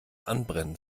anbrennen